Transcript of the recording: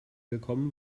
gekommen